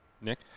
nick